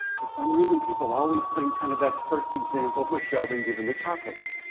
for some reason, people always think kind of that first example with sheldon giving the chocolates.